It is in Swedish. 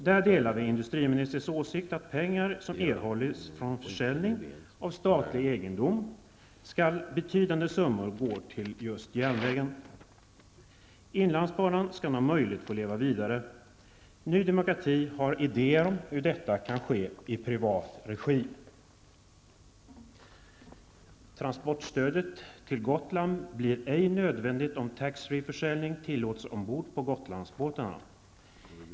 Där delar vi industriministerns åsikt att av de pengar som erhålles vid försäljning av statlig egendom skall betydande summor gå till just järnvägen. Inlandsbanan skall om möjligt få leva vidare. Nydemokrati har idéer om hur detta kan ske i privat regi. Transportstödet till Gotland blir ej nödvändigt om tax free-försäljning tillåts ombord på Gotlandsbåtarna.